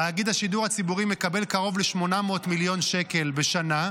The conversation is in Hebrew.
תאגיד השידור הציבורי מקבל מהמדינה קרוב ל-800 מיליון שקל בשנה.